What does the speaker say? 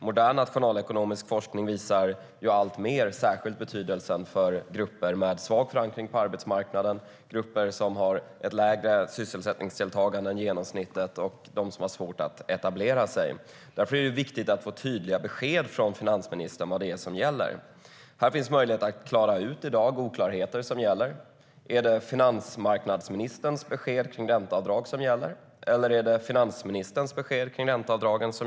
Modern nationalekonomisk forskning visar alltmer betydelsen av detta, särskilt för grupper med svag förankring på arbetsmarknaden, för grupper som har ett lägre sysselsättningsdeltagande än genomsnittet och för dem som har svårt att etablera sig. Därför är det viktigt att få tydliga besked från finansministern om vad det är som gäller. I dag finns det möjlighet att reda ut oklarheter. Är det finansmarknadsministerns besked om ränteavdrag som gäller, eller är det finansministerns besked om ränteavdrag?